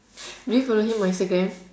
did you follow him on instagram